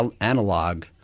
analog